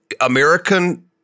American